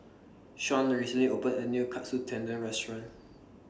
Sean recently opened A New Katsu Tendon Restaurant